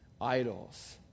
idols